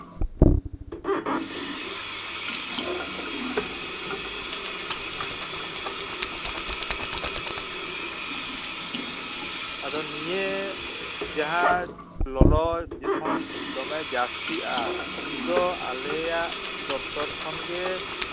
ᱦᱩᱸ ᱟᱫᱚ ᱱᱤᱭᱟᱹ ᱡᱟᱦᱟᱸ ᱞᱚᱞᱚ ᱡᱚᱠᱷᱚᱱ ᱫᱚᱢᱮ ᱡᱟᱹᱥᱛᱤᱜᱼᱟ ᱩᱱᱫᱚ ᱟᱞᱮᱭᱟᱜ ᱫᱚᱯᱛᱚᱨ ᱠᱷᱚᱱ ᱜᱮ